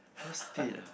first date ah